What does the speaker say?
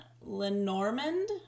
Lenormand